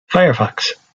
firefox